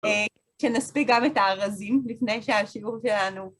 שנספיק גם את הארזים לפני שהשיעור שלנו.